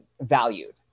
valued